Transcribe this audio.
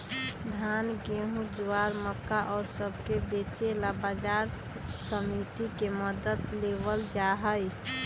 धान, गेहूं, ज्वार, मक्का और सब के बेचे ला बाजार समिति के मदद लेवल जाहई